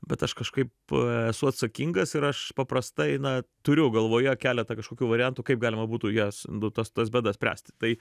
bet aš kažkaip esu atsakingas ir aš paprastai na turiu galvoje keletą kažkokių variantų kaip galima būtų jas nu tas tas bėdas spręsti tai